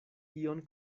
ion